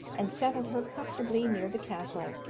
and settled her comfortably near the castle,